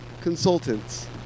Consultants